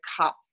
cups